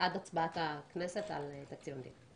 הצבעת הכנסת על תקציב המדינה.